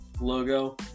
logo